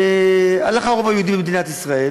והלך הרוב היהודי במדינת ישראל,